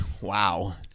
Wow